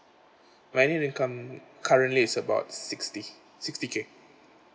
my annual income currently is about sixty sixty K